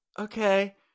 Okay